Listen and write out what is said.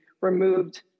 removed